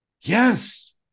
Yes